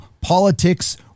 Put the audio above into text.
Politics